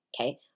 okay